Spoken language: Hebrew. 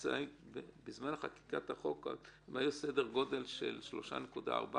בזמן חקיקת החוק הם היו בסדר גודל של 3.4%,